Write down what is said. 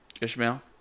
Ishmael